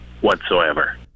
whatsoever